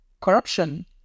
corruption